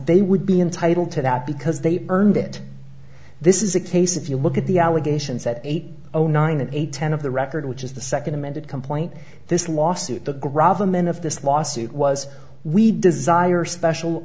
they would be entitled to that because they earned it this is a case if you look at the allegations at eight o nine and eight ten of the record which is the second amended complaint this lawsuit to grab them in of this lawsuit was we desire special